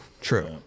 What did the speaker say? True